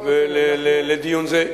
לדיון זה.